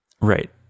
Right